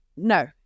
No